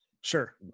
Sure